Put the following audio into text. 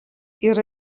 yra